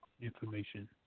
information